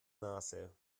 nase